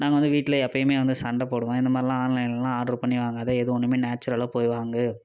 நாங்கள் வந்து வீட்டில் எப்பயுமே வந்து சண்டை போடுவோம் இந்தமாதிரிலான் ஆன்லைன்லலாம் ஆட்ரு பண்ணி வாங்காதே எது ஒன்றுமே நேச்சுரலாக போயி வாங்கு